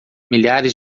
milhares